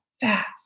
fast